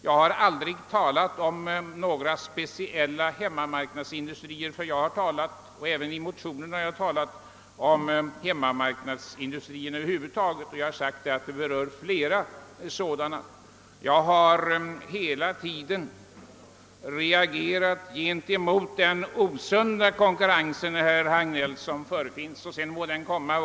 Jag har inte här eller i motionen talat om några speciella hemmamarknadsindustrier, utan jag har påpekat att problemet rör hemmamarknadsindustrierna över huvud taget. Jag har hela tiden reagerat mot den osunda konkurrensen, varifrån den än kommer.